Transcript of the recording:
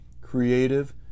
creative